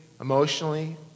emotionally